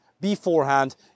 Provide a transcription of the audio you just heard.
beforehand